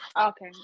Okay